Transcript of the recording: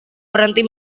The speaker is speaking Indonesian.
berhenti